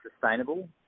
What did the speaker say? sustainable